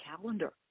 calendar